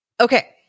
Okay